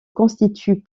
constitue